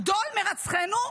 גדול מרצחינו,